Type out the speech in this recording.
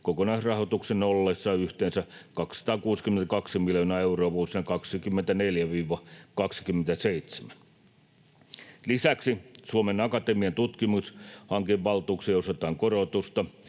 kokonaisrahoituksen ollessa yhteensä 262 miljoonaa euroa vuosina 24—27. Lisäksi Suomen Akatemian tutkimushankevaltuuksiin osoitetaan korotusta.